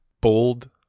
bold